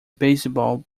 beisebol